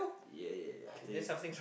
ya ya ya I told you the